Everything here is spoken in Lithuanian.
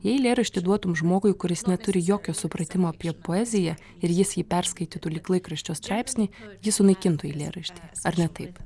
jei eilėraštį duotum žmogui kuris neturi jokio supratimo apie poeziją ir jis jį perskaitytų lyg laikraščio straipsnį jis sunaikintų eilėraštį ar ne taip